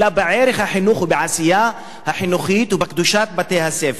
אלא בערך החינוך ובעשייה החינוכית ובקדושת בתי-הספר.